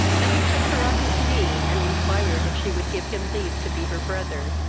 that he took her on his knee, and inquired if she would give him leave to be her brother.